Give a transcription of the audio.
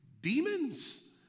demons